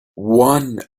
one